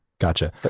Gotcha